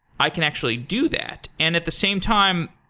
i can actually do that. and at the same time,